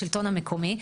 בשלטון המקומי,